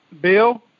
Bill